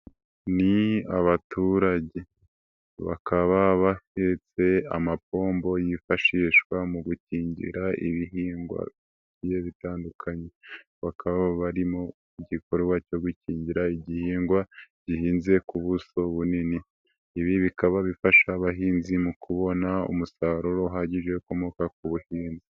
Ni abaturage bakaba bahetse amapombo yifashishwa mu gukingira ibihingwa bitandukanye, bakaba bari mu gikorwa cyo gukingira igihingwa, gihinze ku buso bunini. Ibi bikaba bifasha abahinzi mu kubona umusaruro uhagije ukomoka ku buhinzi.